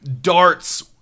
darts